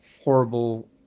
horrible